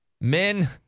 men